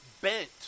bent